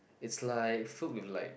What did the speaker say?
it's like filled with like